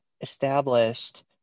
established